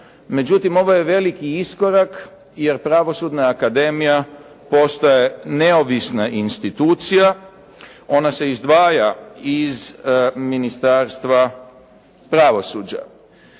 međutim, ovo je veliki iskorak jer Pravosudna akademija postaje neovisna institucija, ona se izdvaja iz Ministarstva pravosuđa.